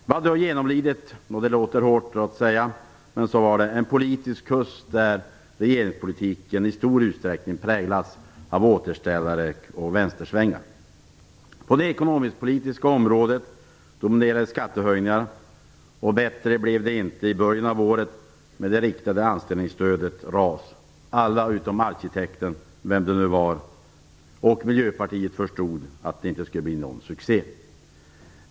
Vi hade då genomlidit - det låter hårt att säga, men så var det - en politisk höst där regeringspolitiken i stor utsträckning präglades av återställare och vänstersvängar. På det ekonomisk-politiska området dominerade skattehöjningar. Bättre blev det inte i början av året med det riktade anställningsstödet, RAS. Alla utom arkitekten - vem det nu var - och Miljöpartiet förstod att det inte skulle bli någon succé.